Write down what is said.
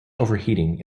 overheating